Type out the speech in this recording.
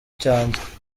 cyanjye